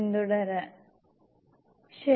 പിന്തുടരാൻ ബുദ്ധിമുട്ടാണ്